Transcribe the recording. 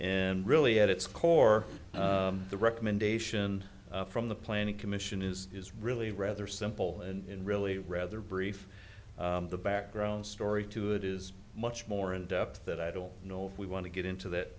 and really at its core the recommendation from the planning commission is is really rather simple and really rather brief the background story to it is much more in depth that i don't know if we want to get into that